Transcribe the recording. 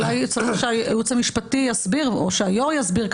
אולי צריך שהייעוץ המשפטי יסביר או שהיושב-ראש יסביר,